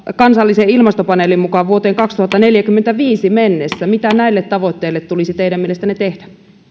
kansallisen ilmastopaneelin mukaan vuoteen kaksituhattaneljäkymmentäviisi mennessä mitä näille tavoitteille tulisi teidän mielestänne tehdä